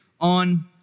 on